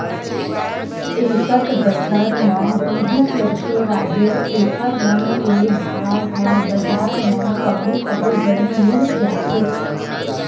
एकत बछर म गहूँ, सरसो, राहेर एखर मन के भाव ह बजार म कभू कभू बने मिल जाथे